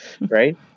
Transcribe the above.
Right